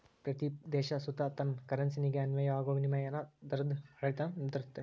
ಪ್ರತೀ ದೇಶ ಸುತ ತನ್ ಕರೆನ್ಸಿಗೆ ಅನ್ವಯ ಆಗೋ ವಿನಿಮಯ ದರುದ್ ಆಡಳಿತಾನ ನಿರ್ಧರಿಸ್ತತೆ